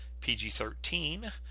PG-13